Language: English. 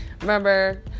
remember